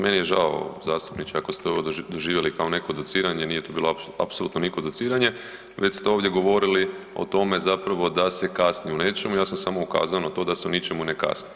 Meni je žao zastupniče ako se ovo doživjeli kao neko dociranje nije to bila apsolutno niko dociranje već ste ovdje govorili o tome zapravo da se kasni u nečemu, ja sam samo ukazao na to da se u ničemu ne kasni.